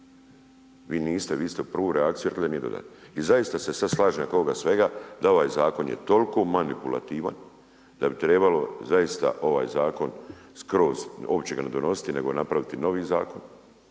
Vi niste, vi ste prvu reakciju rekli da nije dodat. I zasta se sada slažem … svega da ovaj zakon je toliko manipulativan da bi trebalo zaista ovaj zakon skroz uopće ga ne donositi nego napraviti novi zakon